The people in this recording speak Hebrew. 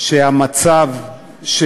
שמצב של